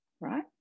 right